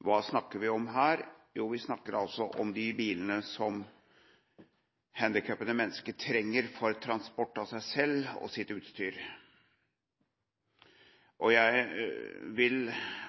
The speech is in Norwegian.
Hva snakker vi om her? Jo, vi snakker om de bilene handikappede mennesker trenger for transport av seg selv og sitt utstyr. Det kommer tydelig fram i innstillingen, men jeg